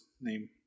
name